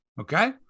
Okay